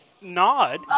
nod